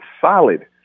solid